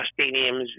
stadiums